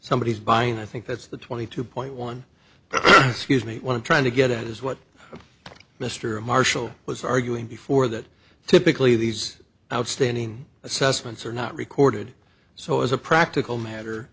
somebody is buying i think that's the twenty two point one scuse me what i'm trying to get at is what mr marshall was arguing before that typically these outstanding assessments are not recorded so as a practical matter